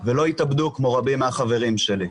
ולא יתאבדו כמו רבים מהחברים שלי.